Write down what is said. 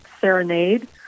serenade